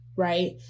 Right